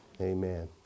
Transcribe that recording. Amen